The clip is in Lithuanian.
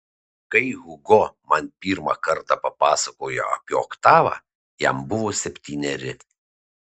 kai hugo man pirmą kartą papasakojo apie oktavą jam buvo septyneri